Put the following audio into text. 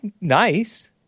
nice